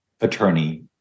attorney